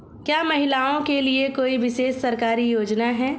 क्या महिलाओं के लिए कोई विशेष सरकारी योजना है?